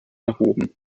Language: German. erhoben